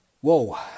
whoa